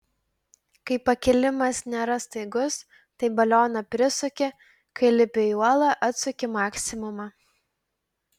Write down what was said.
kai pakilimas nėra staigus tai balioną prisuki kai lipi į uolą atsuki maksimumą